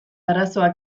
arazoak